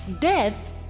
Death